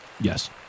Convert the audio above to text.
yes